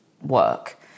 work